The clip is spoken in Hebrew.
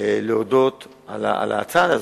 להודות על הצעד הזה,